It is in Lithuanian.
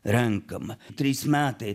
renkama trys metai